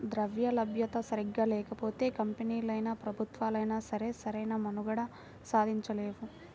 ద్రవ్యలభ్యత సరిగ్గా లేకపోతే కంపెనీలైనా, ప్రభుత్వాలైనా సరే సరైన మనుగడ సాగించలేవు